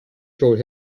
short